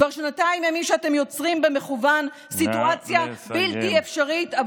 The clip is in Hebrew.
כבר שנתיים ימים שאתם יוצרים במכוון סיטואציה בלתי אפשרית,